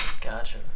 Gotcha